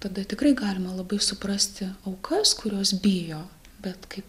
tada tikrai galima labai suprasti aukas kurios bijo bet kaip